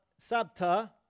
Sabta